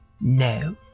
No